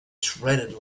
shredded